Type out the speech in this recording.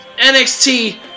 NXT